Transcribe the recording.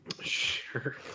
sure